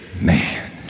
man